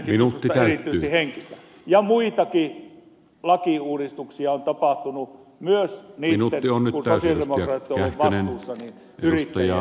myös silloin kun sosialidemokraatit ovat olleet vastuussa on tapahtunut muitakin lakiuudistuksia joilla yrittäjien asemaa on helpotettu